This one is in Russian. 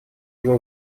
его